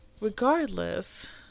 Regardless